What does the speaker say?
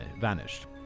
vanished